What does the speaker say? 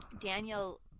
daniel